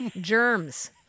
Germs